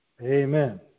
Amen